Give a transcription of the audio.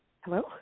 Hello